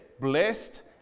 blessed